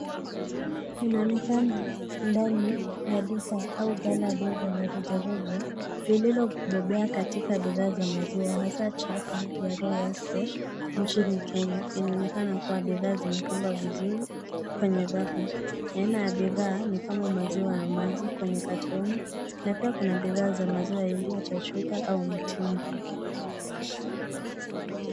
Inaonekana ndani ya duka au gala dogo la reja reja lililobobea katika bidhaa za maziwa hasa Chapa ya Roya Fresh nchini Kenya. Inaonekana kuwa bidhaa zimepangwa vizuri kwenye rafu. Aina ya bidhaa ni kama maziwa na maji kwenye katoni na pia kuna bidhaa za maziwa iliyochajuka au mtingi.